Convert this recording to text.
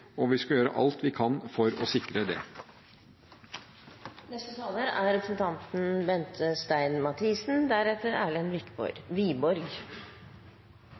og vi skal gjøre alt vi kan for å sikre det. Jeg vil takke kommunal- og forvaltningskomiteen for denne initiativdebatten. Det er